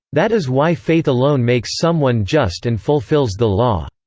that is why faith alone makes someone just and fulfills the law,